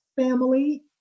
family